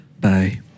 Bye